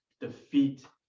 defeat